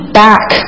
back